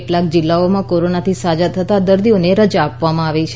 કેટલાંક જિલ્લાઓમાં કોરોનાથી સાજા થતાં દર્દીઓને રજા આપવામાં આવી છે